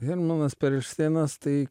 hermanas perelšteinas tai